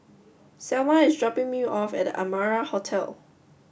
Selma is dropping me off at The Amara Hotel